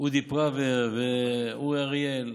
ואודי פראוור, ואורי אריאל.